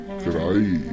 cry